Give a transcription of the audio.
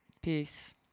Peace